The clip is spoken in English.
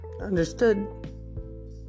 understood